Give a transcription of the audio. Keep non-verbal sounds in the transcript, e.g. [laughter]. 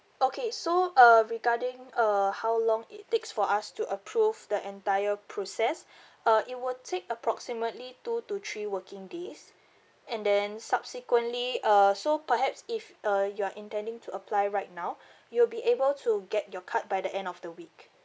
okay so uh regarding uh how long it takes for us to approve the entire process [breath] uh it will take approximately two to three working days and then subsequently err so perhaps if uh you're intending to apply right now [breath] you'll be able to get your card by the end of the week